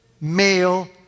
male